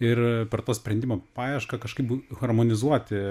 ir per to sprendimo paiešką kažkaip harmonizuoti